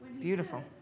Beautiful